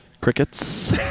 Crickets